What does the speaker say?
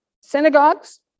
synagogues